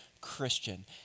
Christian